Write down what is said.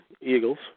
Eagles